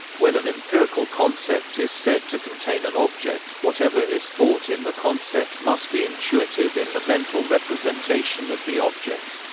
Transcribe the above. when an empirical concept is said to contain an object, whatever is thought in the concept must be intuited in the mental representation of the object.